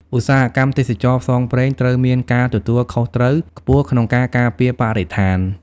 ឧស្សាហកម្មទេសចរណ៍ផ្សងព្រេងត្រូវមានការទទួលខុសត្រូវខ្ពស់ក្នុងការការពារបរិស្ថាន។